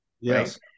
Yes